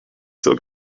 still